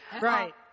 Right